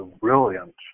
brilliant